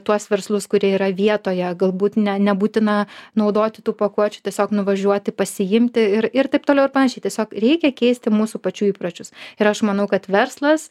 tuos verslus kurie yra vietoje galbūt ne nebūtina naudoti tų pakuočių tiesiog nuvažiuoti pasiimti ir ir taip toliau ir panašiai tiesiog reikia keisti mūsų pačių įpročius ir aš manau kad verslas